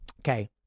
Okay